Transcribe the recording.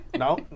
No